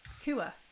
Kua